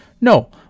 No